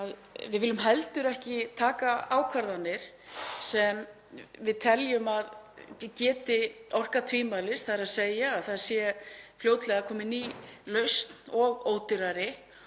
við viljum heldur ekki taka ákvarðanir sem við teljum að geti orkað tvímælis, þ.e. ef fljótlega er komin ný lausn og ódýrari.